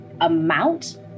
amount